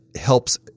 helps